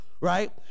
right